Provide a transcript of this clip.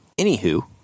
anywho